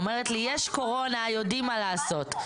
אומרת לי יש קורונה יודעים מה לעשות.